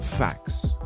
facts